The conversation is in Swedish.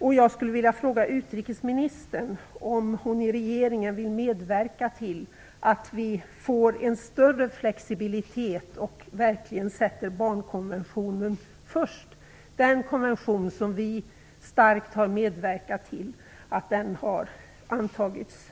Jag skulle vilja fråga utrikesministern om hon i regeringen vill medverka till att vi får en större flexibilitet och verkligen sätter barnkonventionen först, den konvention som vi starkt har medverkat till att den har antagits